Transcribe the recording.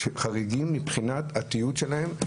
חריגים מבחינת התיעוד שלהם,